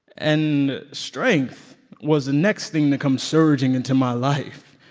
and strength was the next thing to come surging into my life.